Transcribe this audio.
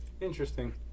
Interesting